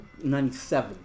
97%